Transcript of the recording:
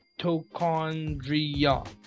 mitochondria